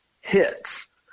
hits